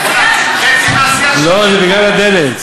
חצי מהסיעה שלך